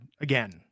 again